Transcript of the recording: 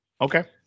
Okay